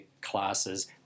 classes